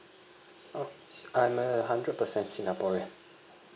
oh I'm a hundred percent singaporean